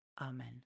Amen